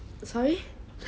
sorry